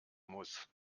muss